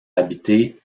habité